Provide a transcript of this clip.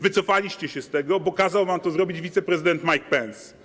Wycofaliście się z tego, bo kazał wam to zrobić wiceprezydent Mike Pence.